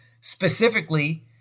specifically